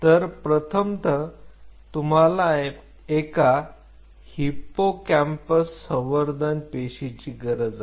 तर प्रथमतः तुम्हाला एका हिप्पोकॅम्पस संवर्धन पेशींची गरज आहे